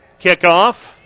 kickoff